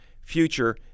future